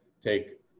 take